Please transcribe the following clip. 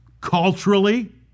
culturally